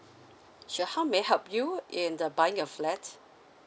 sure how may I help you in the buying your flat